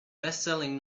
bestselling